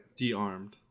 Dearmed